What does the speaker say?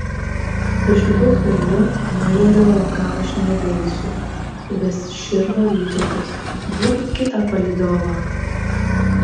su šituo kvailiu miuleriu atgal aš nebeisiu vis širdo vytautas duokit kitą palydovą